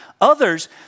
Others